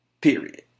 Period